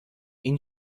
این